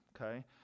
okay